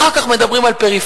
אחר כך מדברים על פריפריה,